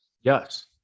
Yes